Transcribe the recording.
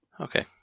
Okay